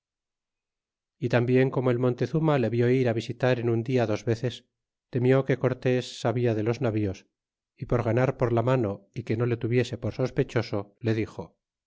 y tambien como el montezuma le vió ir á visitar en un dia dos veces temió que cortés sabia de los navíos y por ganar por la mano y que no le tuviese por sospechoso le dixo